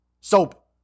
Soap